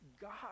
God